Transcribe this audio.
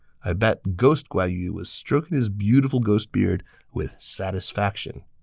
i bet ghost guan yu was stroking his beautiful ghost beard with satisfaction